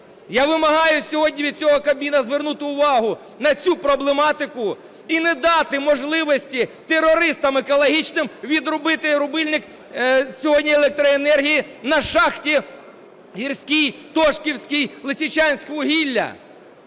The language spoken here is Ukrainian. Я вимагаю сьогодні від цього Кабміну звернути увагу на цю проблематику і не дати можливості терористам екологічним відрубити рубильник сьогодні електроенергії на шахті "Гірській", "Тошківській", "Лисичанськвугілля".